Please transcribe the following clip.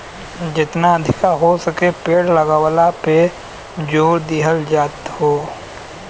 जेतना अधिका हो सके पेड़ लगावला पे जोर दिहल जात हौ